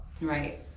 right